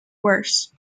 worse